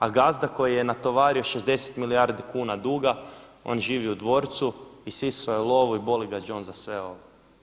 A gazda koji je natovario 60 milijardi kuna duga on živi u dvorcu, isisao je lovu i boli ga đon za sve ovo.